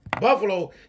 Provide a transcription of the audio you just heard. Buffalo